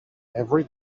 every